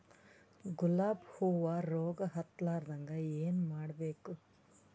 ಗುಲಾಬ್ ಹೂವು ರೋಗ ಹತ್ತಲಾರದಂಗ ಏನು ಮಾಡಬೇಕು?